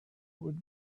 would